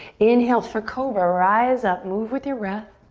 inhale for cobra, rise up, move with your breath.